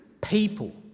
People